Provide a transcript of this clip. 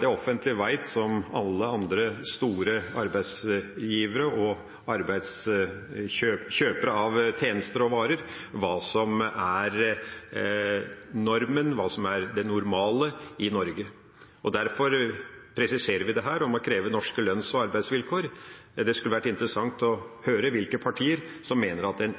Det offentlige vet, som alle andre store arbeidsgivere og kjøpere av tjenester og varer, hva som er normen, hva som er det normale i Norge. Derfor presiserer vi dette om å kreve norske lønns- og arbeidsvilkår. Det skulle vært interessant å høre hvilke partier som mener at en